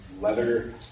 leather